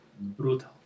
brutal